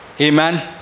Amen